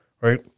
right